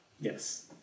Yes